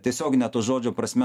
tiesiogine to žodžio prasme